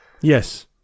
Yes